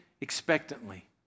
expectantly